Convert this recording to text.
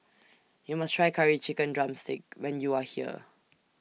YOU must Try Curry Chicken Drumstick when YOU Are here